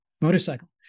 motorcycle